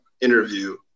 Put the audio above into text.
interview